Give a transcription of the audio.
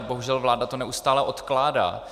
Bohužel, vláda to neustále odkládá.